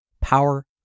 power